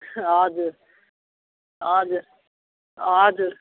हजुर हजुर हजुर